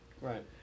Right